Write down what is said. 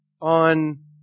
on